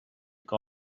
que